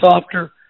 softer